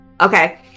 Okay